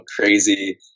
crazy